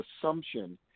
assumption